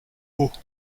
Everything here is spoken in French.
haut